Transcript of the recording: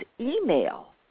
email